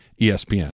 ESPN